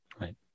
right